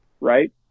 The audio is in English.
right